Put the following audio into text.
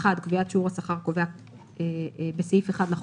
קביעת שיעור השכר הקובע 1. בסעיף 1 לחוק,